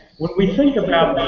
when we think about